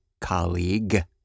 colleague